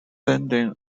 sending